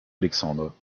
alexandre